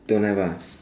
don't have ah